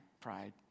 pride